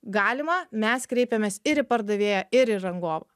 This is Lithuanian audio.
galima mes kreipiamės ir į pardavėją ir į rangovą